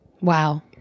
Wow